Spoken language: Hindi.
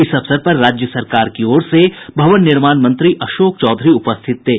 इस अवसर पर राज्य सरकार की ओर से भवन निर्माण मंत्री अशोक चौधरी उपस्थित थे